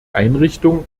einrichtung